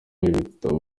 ibitabo